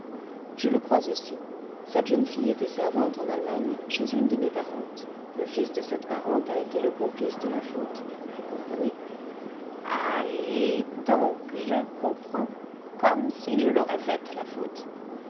je le crois aussi cette jeune fille était servante en allemagne chez une de mes parentes le fils de cette parente a été le complice de la faute vous comprenez alllllez donc je comprends comme si je l'aurais faite la faute